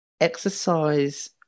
Exercise